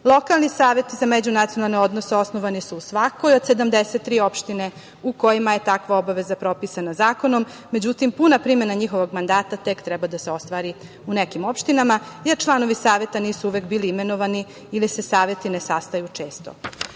lokalni saveti za međunacionalne odnose osnovani su u svakoj od 73 opštine, u kojima je takva obaveza propisana zakonom, međutim puna primena njihovog mandata tek treba da se ostvari u nekim opštinama, jer članovi saveta nisu uvek bili imenovani ili se saveti ne sastaju često. Uprkos